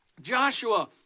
Joshua